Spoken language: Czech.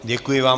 Děkuji vám.